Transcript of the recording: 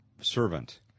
servant